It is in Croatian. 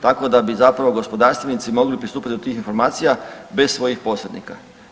Tako da bi zapravo gospodarstvenici mogli pristupiti do tih informacija bez svojih posrednika.